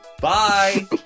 Bye